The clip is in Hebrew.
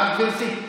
שמעת, גברתי?